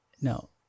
no